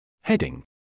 Heading